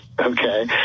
Okay